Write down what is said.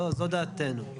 זו דעתנו.